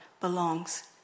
belongs